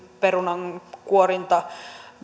perunankuorinnasta